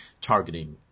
targeting